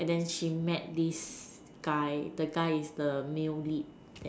and then she met this guy the guy is the male lead